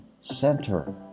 center